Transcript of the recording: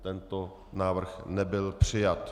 Tento návrh nebyl přijat.